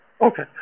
okay